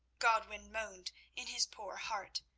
godwin moaned in his poor heart,